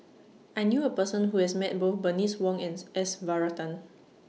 I knew A Person Who has Met Both Bernice Wong Ans S Varathan